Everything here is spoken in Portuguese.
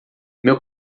meu